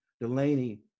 Delaney